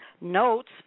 Notes